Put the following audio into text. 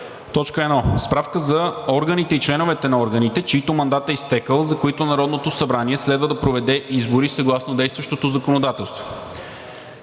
1. Справка за органите и членовете на органите, чийто мандат е изтекъл, за които Народното събрание следва да проведе избори съгласно действащото законодателство